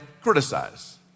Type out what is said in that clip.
criticize